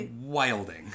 wilding